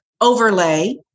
overlay